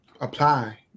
apply